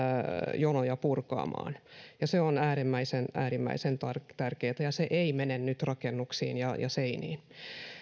jonoja purkamaan se on äärimmäisen äärimmäisen tärkeätä ja se ei mene nyt rakennuksiin ja seiniin